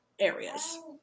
areas